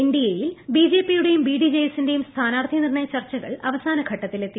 എൻഡ്ടിഎയിൽ ബിജെപിയുടേയും B D J എസിന്റേയും സ്ഥാന്മാർഥി നിർണയ ചർച്ചകൾ അവസാനഘട്ടത്തിലെത്തി